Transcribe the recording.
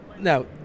Now